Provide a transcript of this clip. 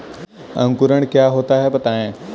अंकुरण क्या होता है बताएँ?